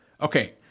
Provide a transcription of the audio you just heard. Okay